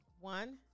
One